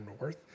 North